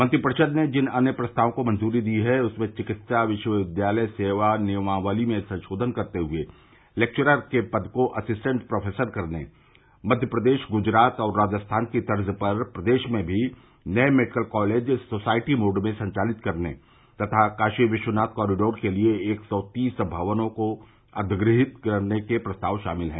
मंत्रिपरिषद ने जिन अन्य प्रस्तावों को मंजूरी दी है उनमें चिकित्सा विश्वविद्यालय सेवा नियमावली में संशोधन करते हुए लेक्वरर के पद को अस्सिटेंट प्रोफेसर करने मक्य प्रदेश गुजरात और राजस्थान की तर्ज पर प्रदेश में भी नये मेडिकल कॉलेज सोसायटी मोड में संचालित करने तथा काशी विश्वनाथ कॉरिडोर के लिए एक सौ तीस भवनों को अधिग्रहीत करने के प्रस्ताव शामिल हैं